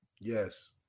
Yes